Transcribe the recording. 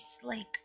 sleep